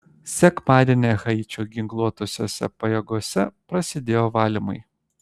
sekmadienį haičio ginkluotosiose pajėgose prasidėjo valymai